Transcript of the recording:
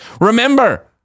Remember